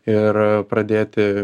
ir pradėti